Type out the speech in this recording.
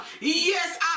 Yes